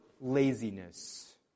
laziness